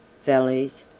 valleys,